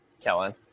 Kellen